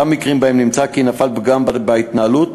במקרים שנמצא כי נפל בהם פגם בהתנהלות,